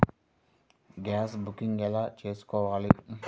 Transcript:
Gas booking ఎలా చేసుకోవాలి?